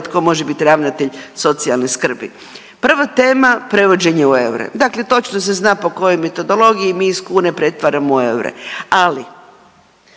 tko može biti ravnatelj socijalne skrbi. Prva tema, prevođenje u eure, dakle točno se zna po kojoj metodologiji mi iz kune pretvaramo u eure, ali